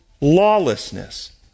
lawlessness